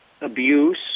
abuse